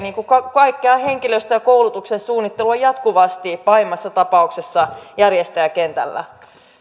kaikkea henkilöstön ja koulutuksen suunnittelua jatkuvasti pahimmassa tapauksessa järjestäjäkentällä